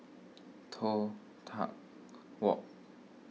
Toh Tuck Walk